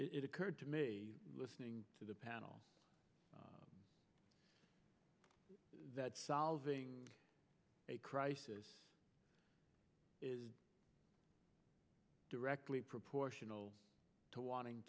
panel it occurred to me listening to the panel that solving a crisis is directly proportional to wanting